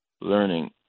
learning